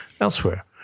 elsewhere